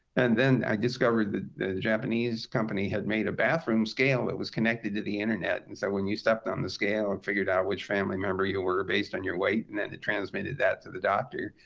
and then i discovered that a japanese company had made a bathroom scale that was connected to the internet. and so when you stepped on the scale, it figured out which family member you were based on your weight. and then it transmitted that to the doctor.